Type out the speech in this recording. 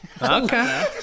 Okay